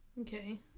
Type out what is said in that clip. Okay